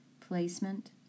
placement